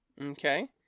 Okay